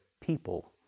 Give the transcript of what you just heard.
people